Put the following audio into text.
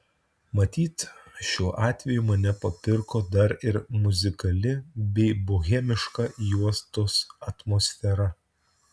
matyt šiuo atveju mane papirko dar ir muzikali bei bohemiška juostos atmosfera